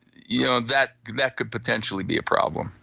yeah that that could potentially be a problem.